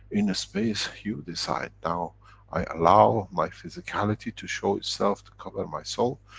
in space you decide, now i allow my physicality to show itself, to cover my soul.